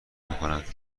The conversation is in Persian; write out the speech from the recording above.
نمیکنند